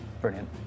Brilliant